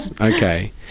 Okay